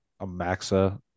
Amaxa